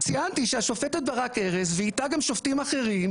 ציינתי שהשופטת ברק ארז ואיתה גם שופטים אחרים,